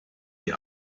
die